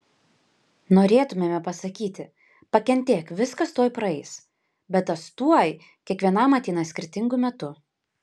norėtumėme pasakyti pakentėk viskas tuoj praeis bet tas tuoj kiekvienam ateina skirtingu metu